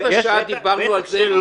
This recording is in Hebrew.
רבע שעה דיברנו על זה.